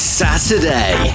saturday